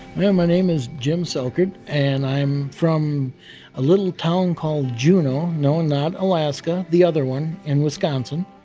yeah my name is jim slekard and i'm from a little town called juno. no, not alaska, the other one, in wisconsin.